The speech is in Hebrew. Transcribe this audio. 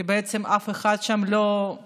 כי בעצם שם אף אחד לא טרח